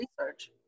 research